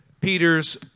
Peter's